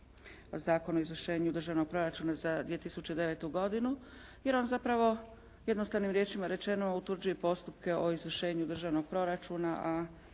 Zakon o izvršenju Državnog proračuna za 2009. godinu jer on zapravo jednostavnim riječima rečeno utvrđuje postupke o izvršenju državnog proračuna